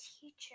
teacher